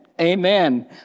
Amen